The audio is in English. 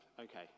Okay